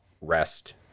rest